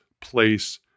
place